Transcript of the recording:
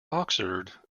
oxford